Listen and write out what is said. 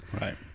Right